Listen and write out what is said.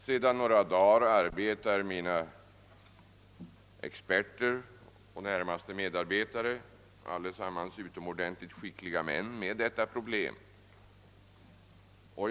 Sedan några dagar tillbaka arbetar mina experter och närmaste medarbetare — allesammans utomordentligt skickliga män — med det av herr Bengtsson upptagna problemet.